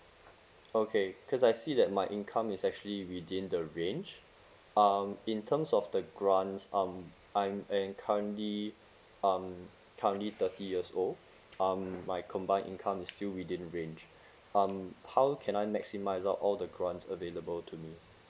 okay because I see that my income is actually within the range um in terms of the grants um I'm am currently um currently thirty years old um my combine income still within range um how can I maximise out all the grants available to me